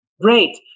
Great